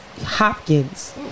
hopkins